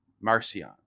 Marcion